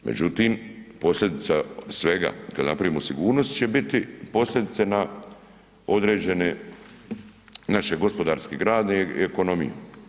Međutim, posljedica svega kad napravimo sigurnost će biti posljedice na određene naše gospodarske grane i ekonomiju.